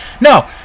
No